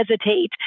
hesitate